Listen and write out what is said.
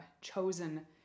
chosen